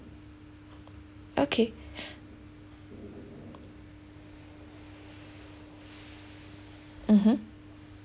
okay mmhmm